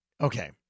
Okay